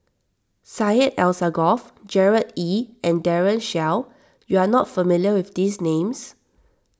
Syed Alsagoff Gerard Ee and Daren Shiau you are not familiar with these names